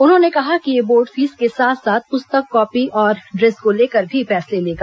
उन्होंने कहा कि यह बोर्ड फीस के साथ साथ पुस्तक कॉपी और ड्रेस को लेकर भी फैसले लेगा